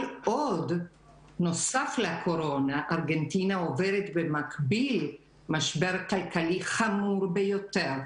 נוסף לקורונה ארגנטינה עוברת במקביל משבר כלכלי חמור ביותר.